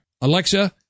Alexa